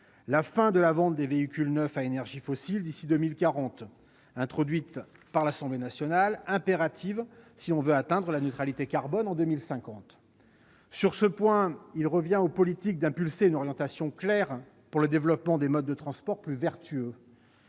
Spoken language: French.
la fin de la vente des véhicules neufs utilisant des énergies fossiles d'ici à 2040, introduite par l'Assemblée nationale. Cette dernière mesure est impérative si l'on veut atteindre la neutralité carbone en 2050. Sur ce point, il revient au politique d'impulser une orientation claire pour le développement des modes de transport plus vertueux.